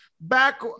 back